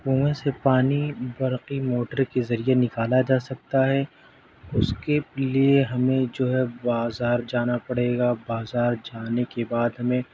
کنویں سے پانی برقی موٹر کے ذریعے نکالا جا سکتا ہے اس کے لئے ہمیں جو ہے بازار جانا پڑے گا بازار جانے کے بعد ہمیں